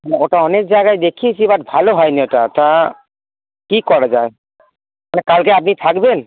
হুম ওটা অনেক জায়গায় দেখিয়েছি বাট ভালো হয়নি ওটা তা কী করা যায় মানে কালকে আপনি থাকবেন